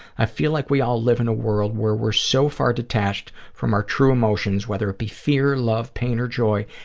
i feel like we all live in a world where we're so far detached from our true emotions, whether it be fear, love, pain, or joy,